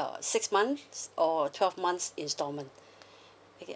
uh six months or twelve months instalment okay